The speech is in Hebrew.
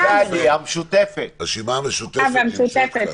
הרשימה המשותפת נמצאת כאן.